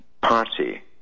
party